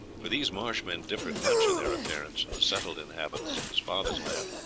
for these marsh men differed much in their appearance from the settled inhabitants of his father's lands.